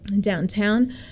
downtown